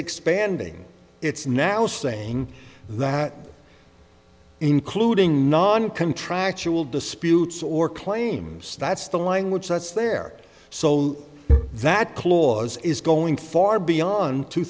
expanding it's now saying that including non contractual disputes or claims that's the line which that's their sole that clause is going far beyond two